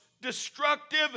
destructive